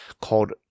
called